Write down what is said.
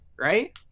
Right